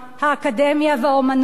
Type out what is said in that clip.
האקדמיה והאמנות,